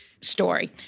story